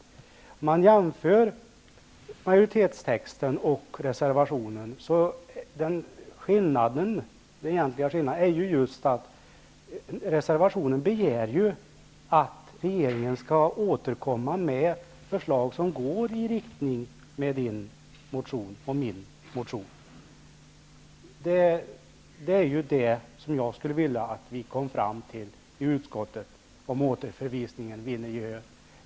Skillnaden mellan majoritetstexten och reservationen är att det i reservationen begärs att regeringen skall återkomma med förslag som går i samma riktning som de motioner Ingrid Näslund och jag har väckt. Det är vad jag skulle vilja att vi kom fram till i utskottet, om återförvisningsyrkandet vinner gehör.